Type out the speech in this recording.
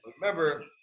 Remember